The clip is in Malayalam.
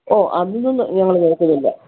ഓ അതിനൊന്നും ഞങ്ങൾ നോക്കുന്നില്ല